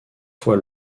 fois